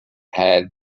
had